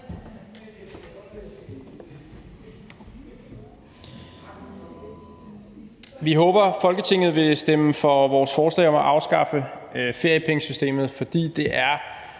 Vi håber, at Folketinget vil stemme for vores forslag om at afskaffe feriepengesystemet, som er